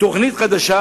תוכנית חדשה,